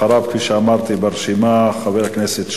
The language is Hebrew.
אחריו, כפי שאמרתי, ברשימה, חבר הכנסת שנלר.